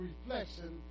reflection